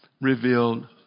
revealed